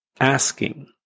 asking